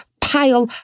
pile